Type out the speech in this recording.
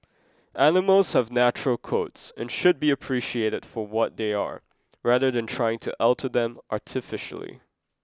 animals have natural coats and should be appreciated for what they are rather than trying to alter them artificially